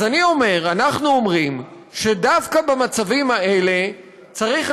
אנחנו אומרים שדווקא במצבים האלה צריך